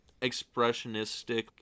expressionistic